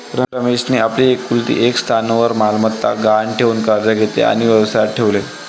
रमेशने आपली एकुलती एक स्थावर मालमत्ता गहाण ठेवून कर्ज घेतले आणि व्यवसायात ठेवले